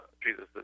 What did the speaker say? Jesus